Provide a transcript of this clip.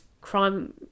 crime